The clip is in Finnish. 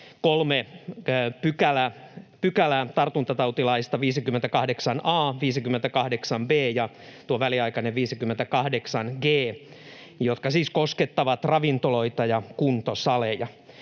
kolme pykälää tartuntatautilaista — 58 a §, 58 b § ja tuo väliaikainen 58 g §— jotka siis koskettavat ravintoloita ja kuntosaleja.